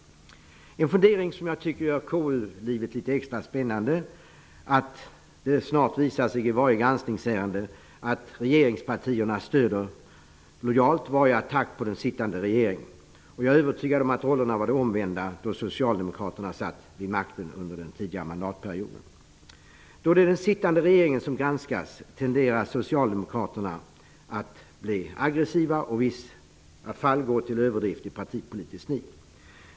En fundering som jag tycker gör KU-livet extra spännande är att det i varje granskningsärende snart visar sig att regeringspartierna lojalt ställer upp vid varje attack på den sittande regeringen. Jag är övertygad om att rollerna var de omvända då Socialdemokraterna satt vid makten under den tidigare mandatperioden. Då det är den sittande regeringen som granskas, tenderar Socialdemokraterna att bli aggressiva och i vissa fall gå till överdrift i partipolitiskt nit.